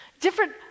Different